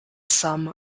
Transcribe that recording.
sum